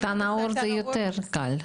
סרטן העור זה יותר קל?